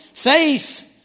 Faith